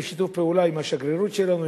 בשיתוף פעולה עם השגרירות שלנו,